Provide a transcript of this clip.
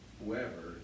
whoever